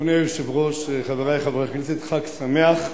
אדוני היושב-ראש, חברי חברי הכנסת, חג שמח.